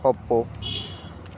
ಒಪ್ಪು